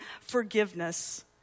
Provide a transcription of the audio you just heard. forgiveness